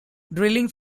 drilling